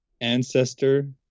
ancestor